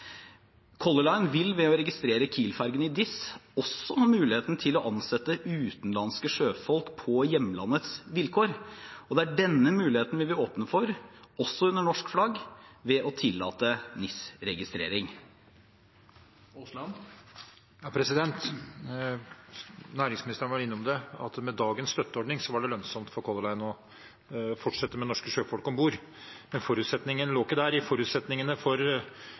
Color Line ved å registrere Kiel-fergene i DIS også ha muligheten til å ansette utenlandske sjøfolk på hjemlandets vilkår. Det er denne muligheten vi vil åpne for – også under norsk flagg – ved å tillate NIS-registrering. Næringsministeren var inne på at med dagens støtteordning er det lønnsomt for Color Line å fortsette med norske sjøfolk om bord. Men forutsetningen lå ikke der. I forutsetningene for